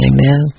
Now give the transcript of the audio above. Amen